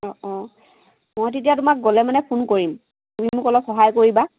অঁ অঁ মই তেতিয়া তোমাক গ'লে মানে ফোন কৰিম তুমি মোক অলপ সহায় কৰিবা